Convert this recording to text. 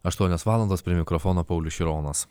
aštuonios valandos prie mikrofono paulius šironas